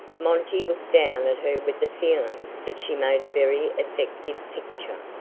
monty looked down at her with the feeling that she made a very effective picture.